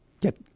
get